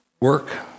work